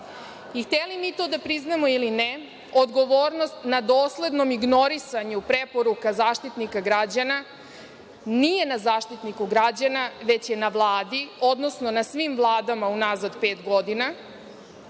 mi to da priznamo ili ne, odgovornost na doslednom ignorisanju preporuka Zaštitnika građana nije na Zaštitniku građana, već je na Vladi, odnosno na svim vladama unazad pet godina,